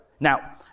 Now